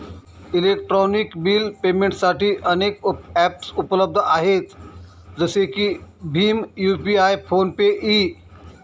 electronic bill पेमेंटसाठी अनेक ॲप्सउपलब्ध आहेत जसे की भीम यू.पि.आय फोन पे इ